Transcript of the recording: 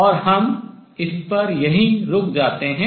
और हम इस पर यहीं रुक जाते हैं